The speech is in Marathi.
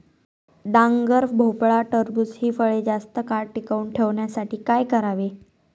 डांगर, भोपळा, टरबूज हि फळे जास्त काळ टिकवून ठेवण्यासाठी काय करावे?